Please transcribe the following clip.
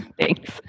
Thanks